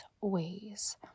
ways